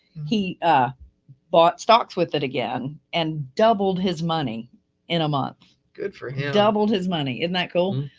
he ah bought stocks with it again and doubled his money in a month. good for him. doubled his money, isn't that cool?